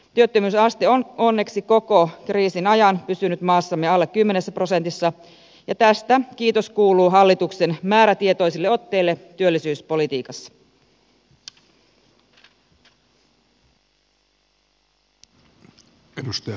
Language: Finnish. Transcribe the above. työttömyysaste on onneksi koko kriisin ajan pysynyt maassamme alle kymmenessä prosentissa ja tästä kiitos kuuluu hallituksen määrätietoisille otteille työllisyyspolitiikassa